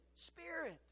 spirit